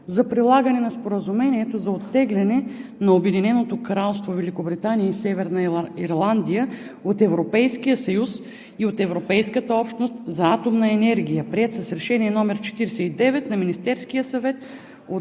за прилагане на Споразумението за оттегляне на Обединеното Кралство Великобритания и Северна Ирландия от Европейския съюз и от Европейската общност за атомна енергия,